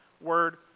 word